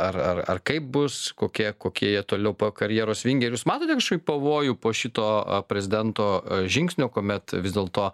ar ar kaip bus kokie kokie jie toliau po karjerosvingiai jūs matote kažkokį pavojų po šito prezidento žingsnio kuomet vis dėlto